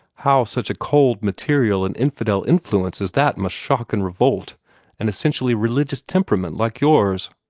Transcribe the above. how such a cold, material, and infidel influence as that must shock and revolt an essentially religious temperament like yours.